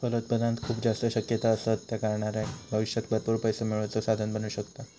फलोत्पादनात खूप जास्त शक्यता असत, ता करणाऱ्याक भविष्यात भरपूर पैसो मिळवुचा साधन बनू शकता